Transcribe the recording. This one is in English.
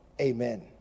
Amen